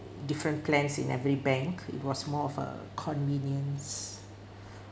different plans in every bank it was more of a convenience